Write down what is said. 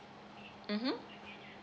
(hmmhmm)